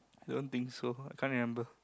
don't think so can't remember